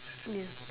yes